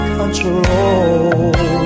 control